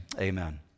Amen